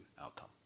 outcome